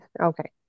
okay